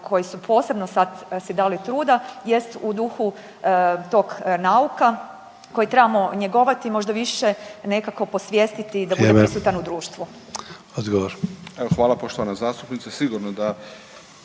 koji su posebno sad si dali truda jest u duhu tog nauka koji trebamo njegovati i možda više nekako posvjestiti …/Upadica: Vrijeme./… da bude prisutan u društvu.